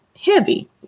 heavy